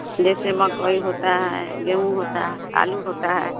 जैसे मकई होता है गेहूँ होता है आलू होता है